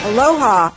Aloha